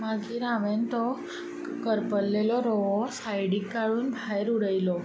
मागीर हांवें तो करपल्लो रवो सायडीक काडून भायर उडयलो